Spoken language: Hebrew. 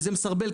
וזה מסרבל,